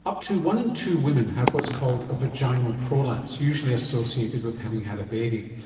up to one in two women have what's called a vaginal prolapse, usually associated with having had a baby.